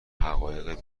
حقایق